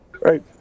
Right